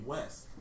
West